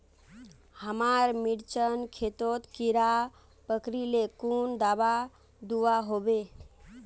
हमार मिर्चन खेतोत कीड़ा पकरिले कुन दाबा दुआहोबे?